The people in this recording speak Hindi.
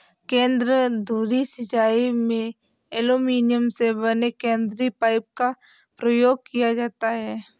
केंद्र धुरी सिंचाई में एल्युमीनियम से बने केंद्रीय पाइप का प्रयोग किया जाता है